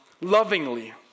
lovingly